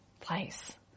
place